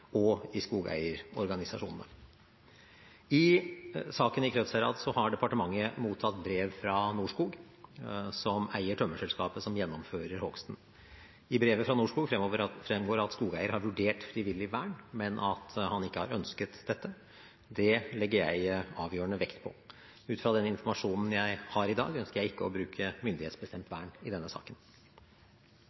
og i skogeierorganisasjonene. I saken i Krødsherad har departementet mottatt brev fra NORSKOG, som eier tømmerselskapet som gjennomfører hogsten. I brevet fra NORSKOG fremgår det at skogeier har vurdert frivillig vern, men at han ikke har ønsket dette. Det legger jeg avgjørende vekt på. Ut fra den informasjonen jeg har i dag, ønsker jeg ikke å bruke myndighetsbestemt vern i denne saken.